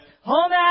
home